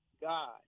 God